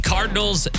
Cardinals